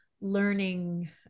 learning